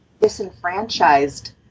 disenfranchised